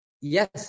Yes